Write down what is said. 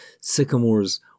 Sycamores